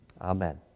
amen